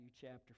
chapter